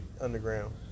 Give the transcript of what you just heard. underground